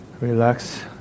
relax